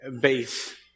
base